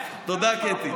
תודה, קטי.